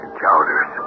Chowders